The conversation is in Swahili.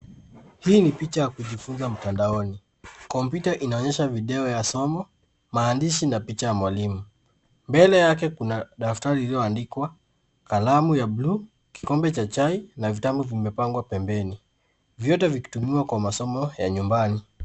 Hii ni picha ya kujifunza mtandaoni. Kompyuta inaonyesha video ya somo, maandishi na picha ya mwalimu. Mbele yake kuna daftari lililoandikwa kalamu ya buluu, kikombe cha chai, na vitabu vimepangwa pembeni vyote vikitumiwa kwa masomo ya nyumbani.